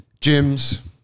gyms